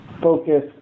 focus